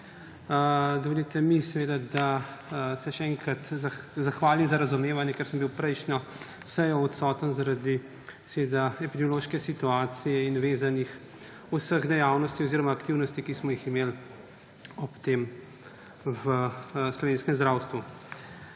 Dovolite mi, da se še enkrat zahvalim za razumevanje, ker sem bil prejšnjo sejo odsoten zaradi epidemiološke situacije in vezanih vseh dejavnosti oziroma aktivnosti, ki smo jih imeli ob tem v slovenskem zdravstvu.